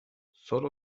sólo